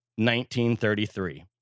1933